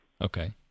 Okay